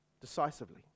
Decisively